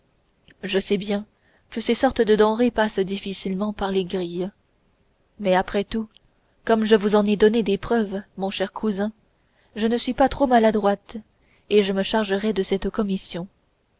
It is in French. je sais bien que ces sortes de denrées passent difficilement par les grilles mais après tout comme je vous en ai donné des preuves mon cher cousin je ne suis pas trop maladroite et je me chargerai de cette commission